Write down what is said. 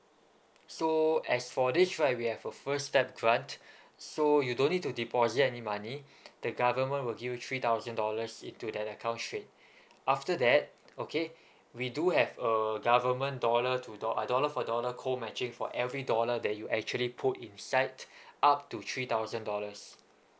so as for this right we have a first step grant so you don't need to deposit any money the government will give you three thousand dollars into that account straight after that okay we do have a government dollar to doll uh dollar for dollar co matching for every dollar that you actually put inside up to three thousand dollars